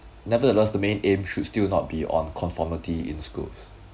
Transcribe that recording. nevertheless the main aim should still not be on conformity in schools